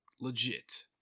legit